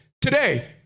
Today